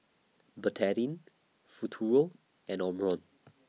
Betadine Futuro and Omron